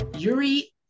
Yuri